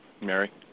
Mary